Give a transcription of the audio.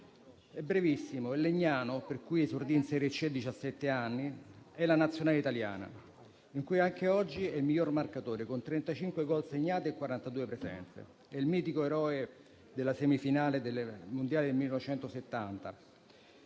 è brevissimo: il Legnano, in cui esordì in serie C a diciassette anni, e la Nazionale italiana, di cui anche oggi è il miglior marcatore con 35 gol segnati e 42 presenze. È il mitico eroe della semifinale del Mondiale del 1970.